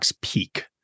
peak